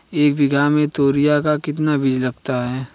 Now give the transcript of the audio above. एक बीघा में तोरियां का कितना बीज लगता है?